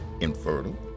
infertile